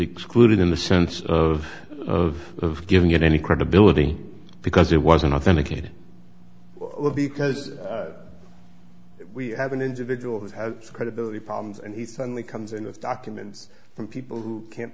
excluded in the sense of of giving it any credibility because it wasn't authenticated because we have an individual who's had credibility problems and he suddenly comes in those documents from people who can't